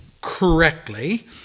correctly